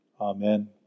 Amen